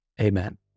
amen